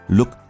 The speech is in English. Look